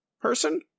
person